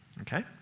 Okay